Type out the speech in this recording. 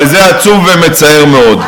וזה עצוב ומצער מאוד.